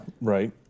Right